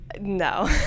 No